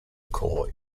core